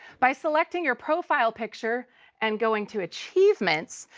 by selecting your profile picture and going to achievements,